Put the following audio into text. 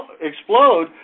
explode